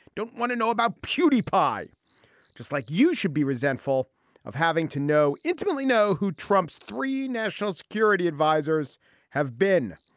don't want to know about beauty pie just like you should be resentful of having to know intimately know who trumps three national security advisers have been.